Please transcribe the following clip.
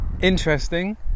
interesting